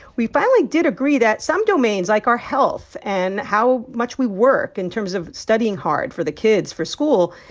we finally did agree that some domains, like our health and how much we work in terms of studying hard for the kids for school,